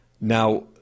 Now